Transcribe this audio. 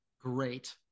great